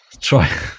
try